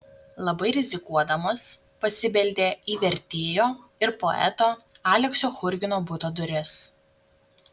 labai rizikuodamos pasibeldė į vertėjo ir poeto aleksio churgino buto duris